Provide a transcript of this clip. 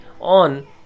on